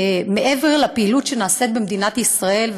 מעבר לפעילות שנעשית במדינת ישראל,